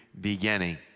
beginning